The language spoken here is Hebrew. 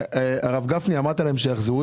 מי קיבל